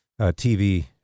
TV